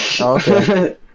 Okay